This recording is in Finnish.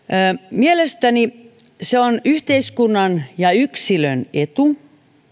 mielestäni se on yhteiskunnan ja yksilön etu